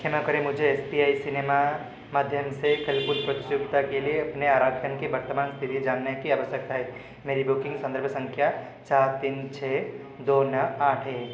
क्षमा करें मुझे एस पी आई सिनेमा माध्यम से खेलकूद प्रतियोगिता के लिए अपने आरक्षण की वर्तमान स्थिति जानने की आवश्यकता है मेरी बुकिंग संदर्भ संख्या चार तीन छः दो नौ आठ है